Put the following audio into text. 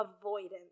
avoidance